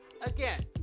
Again